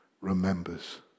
remembers